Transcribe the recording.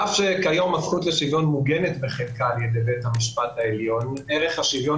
הזכות לשוויון מוגנת על בחלקה בידי בית המשפט העליון אך ערך השוויון